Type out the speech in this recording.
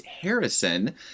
Harrison